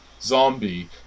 zombie